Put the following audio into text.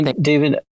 David